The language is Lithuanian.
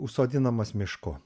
užsodinamas mišku